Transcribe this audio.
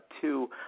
two